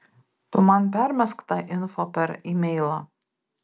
tu man permesk tą info per imeilą